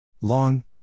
Long